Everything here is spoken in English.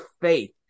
faith